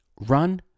Run